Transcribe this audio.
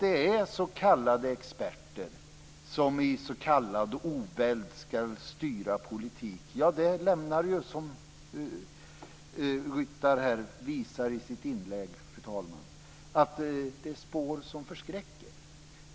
Det här med s.k. experter som i s.k. oväld skall styra politiken lämnar spår som förskräcker, precis som Ryttar visar i sitt inlägg.